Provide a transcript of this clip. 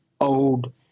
old